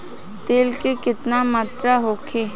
तेल के केतना मात्रा होखे?